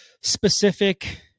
specific